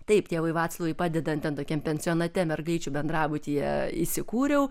taip tėvui vaclovui padedant ten tokiam pensionate mergaičių bendrabutyje įsikūriau